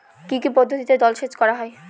কি কি পদ্ধতিতে জলসেচ করা হয়?